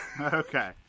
Okay